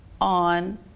on